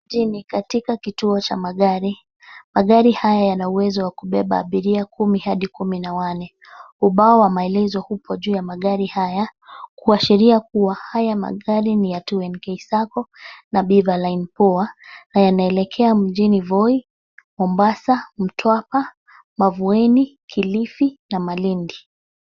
Hii ni katika kituo cha magari. Magari hawa yana uwezo wa kubeba abiria kumi hadi kumi na wanne. Ubao wa maelezo uko juu ya magari haya kuashiria kuwa haya magari ni 2NKSacco na Beaverline POA na yanaelekea mjini Voi, Mombasa ,Mtwapa, Mavueni, Kilifi na Malindi.